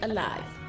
Alive